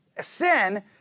sin